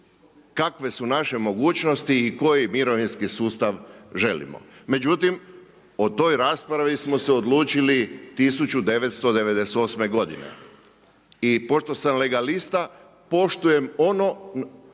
kakve su naše mogućnosti i koji mirovinski sustav želimo. Međutim o toj raspravi smo se odlučili 1998. godine. I pošto sam legalista, poštujem ono